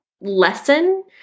lesson